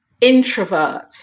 introvert